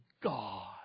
god